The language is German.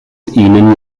ihnen